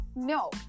No